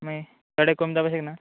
मागीर थोडे कमी जावपा शकना